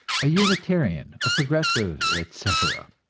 a unitarian, a progressive, etc.